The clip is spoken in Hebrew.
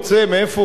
מאיפה הוא רוצה,